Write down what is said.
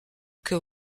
que